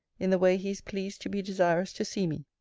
in the way he is pleased to be desirous to see me.